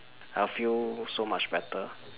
I feel so much better